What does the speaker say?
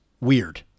weird